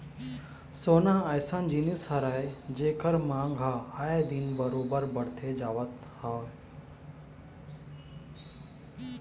सोना ह अइसन जिनिस हरय जेखर मांग ह आए दिन बरोबर बड़ते जावत हवय